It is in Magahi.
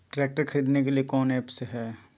ट्रैक्टर खरीदने के लिए कौन ऐप्स हाय?